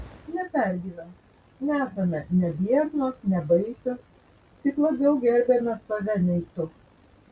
nepergyvenk nesame ne biednos ne baisios tik labiau gerbiame save nei tu